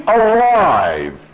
alive